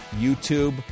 YouTube